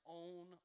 own